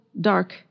dark